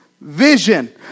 vision